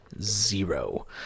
zero